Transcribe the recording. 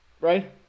right